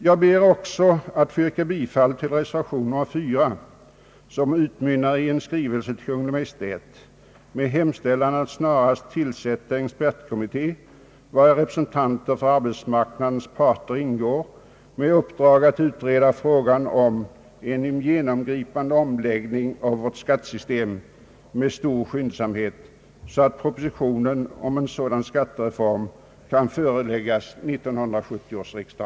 Jag ber också att få yrka bifall till reservation 4 som utmynnar i en begäran att riksdagen i skrivelse till Kungl. Maj:t hemställer om tillsättande av en expertkommitté, vari representanter för arbetsmarknadens parter ingår, med uppdrag att utreda frågan om en genom gripande omläggning av vårt skattesystem med så stor skyndsamnhet, att proposition om en sådan skattereform kan föreläggas 1970 års riksdag.